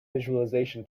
visualization